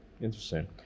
interesting